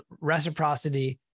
reciprocity